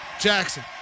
Jackson